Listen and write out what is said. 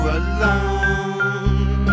alone